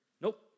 Nope